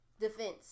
defense